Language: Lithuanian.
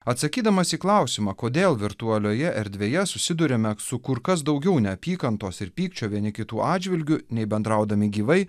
atsakydamas į klausimą kodėl virtualioje erdvėje susiduriame su kur kas daugiau neapykantos ir pykčio vieni kitų atžvilgiu nei bendraudami gyvai